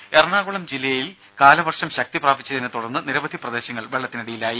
ദർദ എറണാകുളം ജില്ലയിൽ കാലവർഷം ശക്തി പ്രാപിച്ചതിനെ തുടർന്ന് നിരവധി പ്രദേശങ്ങൾ വെള്ളത്തിനടിയിലായി